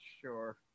sure